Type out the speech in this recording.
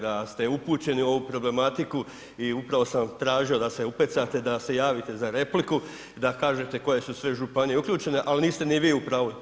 Drago mi je da ste upućeni u ovu problematiku i upravo sam tražio da se upecate da se javite za repliku da kažete koje su sve županije uključene, ali niste niti vi u pravu.